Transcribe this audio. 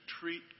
treat